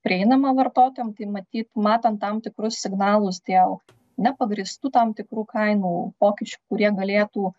prieinama vartotojam tai matyt matant tam tikrus signalus dėl nepagrįstų tam tikrų kainų pokyčių kurie galėtų